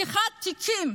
פתיחת תיקים